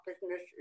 business